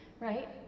right